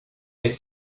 les